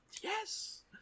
Yes